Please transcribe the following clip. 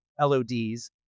LODs